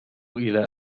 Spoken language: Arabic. إلى